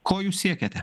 ko jūs siekiate